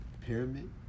Pyramid